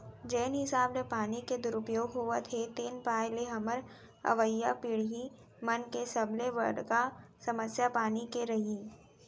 जेन हिसाब ले पानी के दुरउपयोग होवत हे तेन पाय ले हमर अवईया पीड़ही मन के सबले बड़का समस्या पानी के रइही